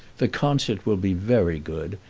the concert will be very good,